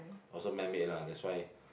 also man made lah that's why